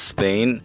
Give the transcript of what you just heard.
Spain